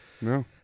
no